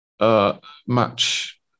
match